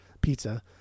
pizza